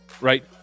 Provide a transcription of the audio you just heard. right